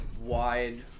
wide